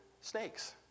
snakes